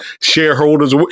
shareholders